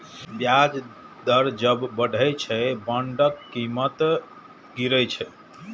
ब्याज दर जब बढ़ै छै, बांडक कीमत गिरै छै